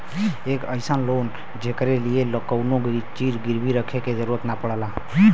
एक अइसन लोन जेकरे लिए कउनो चीज गिरवी रखे क जरुरत न पड़ला